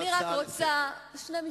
אני רוצה רק שני משפטים.